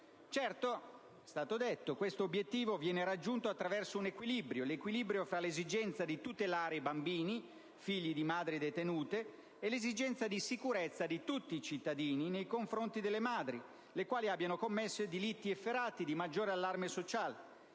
Certo - è stato detto - questo obiettivo viene raggiunto attraverso l'equilibrio tra l'esigenza di tutelare i bambini figli di madri detenute e l'esigenza di sicurezza di tutti i cittadini nei confronti delle madri che abbiano commesso delitti efferati e di maggior allarme sociale.